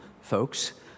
folks